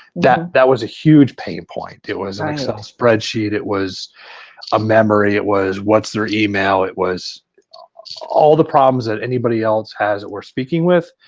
that that was a huge pain point. it was an excel spreadsheet, it was a memory, it was what's their email. it was all the problems that anybody else has that we're speaking with,